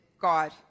God